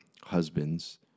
husbands